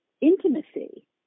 intimacy